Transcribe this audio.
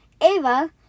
Ava